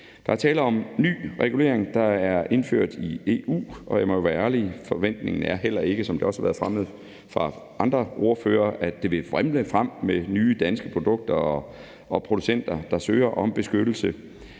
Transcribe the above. Der er tale om ny regulering, der er indført i EU, og jeg må være ærlig og sige: Forventningen er ikke, som det også har været fremme fra andre ordføreres side, at det vil vrimle frem med nye danske produkter og producenter, der søger om beskyttelse.